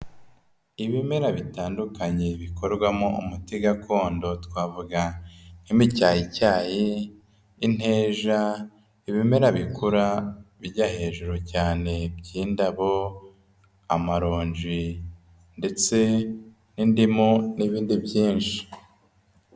Ibimera bitandukanye bikorwamo umuti gakondo, twavuga nk'imicyayicyayi, inteja, ibimera bikura bijya hejuru, cyane by'indabo, amaronji ndetse n'indimu n'ibindi byinshi.